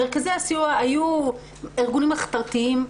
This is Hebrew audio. מרכזי הסיוע היו ארגונים מחתרתיים,